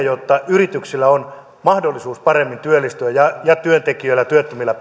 jotta yrityksillä on mahdollisuus paremmin työllistää ja työntekijöillä ja työttömillä